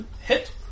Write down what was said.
hit